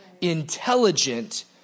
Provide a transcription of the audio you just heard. intelligent